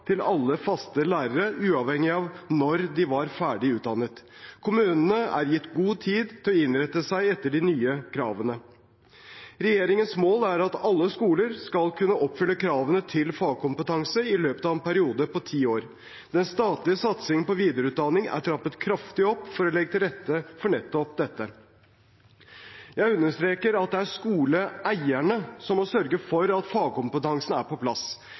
til alle faste lærere, uavhengig av når de var ferdig utdannet. Kommunene er gitt god tid til å innrette seg etter de nye kravene. Regjeringens mål er at alle skoler skal kunne oppfylle kravene til fagkompetanse i løpet av en periode på ti år. Den statlige satsingen på videreutdanning er trappet kraftig opp for å legge til rette for nettopp dette. Jeg understreker at det er skoleeierne som må sørge for at fagkompetansen er på plass.